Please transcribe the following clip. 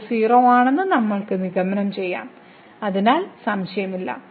ഇത് 0 ആണെന്ന് നമുക്ക് നിഗമനം ചെയ്യാം അതിൽ സംശയമില്ല